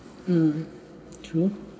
mm true